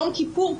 יום כיפור,